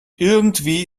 irgendwie